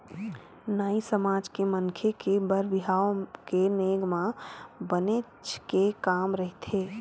नाई समाज के मनखे के बर बिहाव के नेंग म बनेच के काम रहिथे